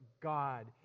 God